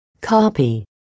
Copy